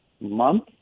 month